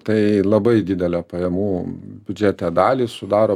tai labai didelė pajamų biudžete dalį sudaro